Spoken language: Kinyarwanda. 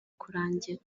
kurangira